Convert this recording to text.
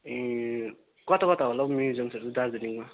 ए कता कता होला हौ म्युजियमहरू दार्जिलिङमा